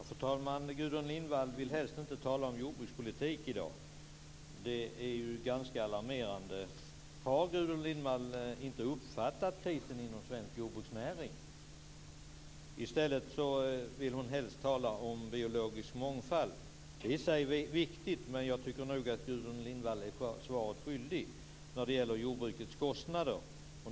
Fru talman! Gudrun Lindvall vill helst inte tala om jordbrukspolitik i dag. Det är ju ganska alarmerande. Har Gudrun Lindvall inte uppfattat krisen inom svensk jordbruksnäring? I stället vill hon helst tala om biologisk mångfald. Det är i sig viktigt, men jag tycker nog att Gudrun Lindvall blir svaret skyldig när det gäller jordbrukets kostnader.